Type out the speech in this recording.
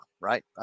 right